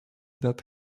that